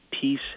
peace